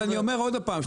אבל אני אומר עוד פעם,